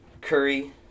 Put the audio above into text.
Curry